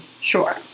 Sure